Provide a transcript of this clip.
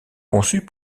conçus